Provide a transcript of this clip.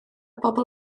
bobl